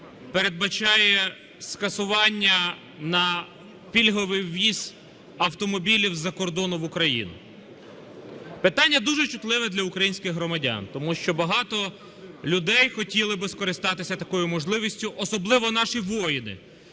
передбачає скасування на пільговий ввіз автомобілів з-за кордону в Україну. Питання дуже чутливе для українських громадян, тому що багато людей хотіли б скористатися такою можливістю, особливо наші воїни,